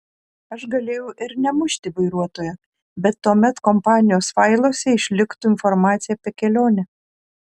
aš galėjau ir nemušti vairuotojo bet tuomet kompanijos failuose išliktų informacija apie kelionę